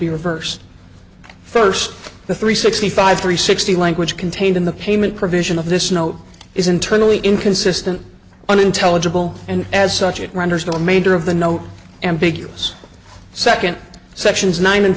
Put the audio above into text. be reversed first the three sixty five three sixty language contained in the payment provision of this note is internally inconsistent unintelligible and as such it renders the remainder of the no ambiguous second sections nine and